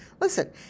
listen